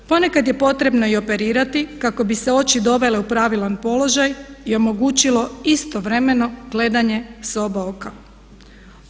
Ponekad je potrebno i operirati kako bi se oči dovele u pravilan položaj i omogućilo istovremeno gledanje s oba oka.